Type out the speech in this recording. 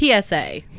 PSA